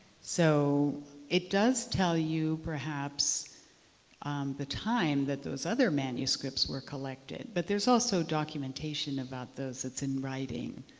so it does tell you perhaps the time that those other manuscripts were collected. but there's also documentation about those that's in writing.